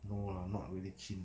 no lah not really keen